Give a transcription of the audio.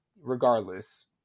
regardless